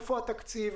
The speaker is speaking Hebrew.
איפה התקציב?